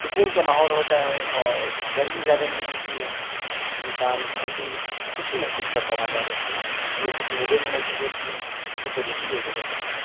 سکون کا ماحول ہوتا ہے اور گرمی زیادہ نہیں ہوتی ہے انسان بہت ہی خوشی محسوس کرتا ہے وہاں جا کر کے تو وہ خوشی مجھے بھی محسوس ہوتی ہے اس وجہ سے یہ جگہ پسند ہے